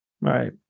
Right